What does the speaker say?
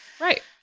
Right